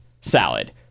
salad